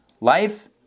life